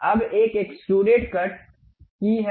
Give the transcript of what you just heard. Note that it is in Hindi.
अब एक एक्सट्रुडेड कट की है